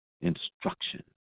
instruction